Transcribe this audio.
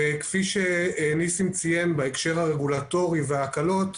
כפי שניסים ציין בהקשר הרגולטורי וההקלות,